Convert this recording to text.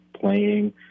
playing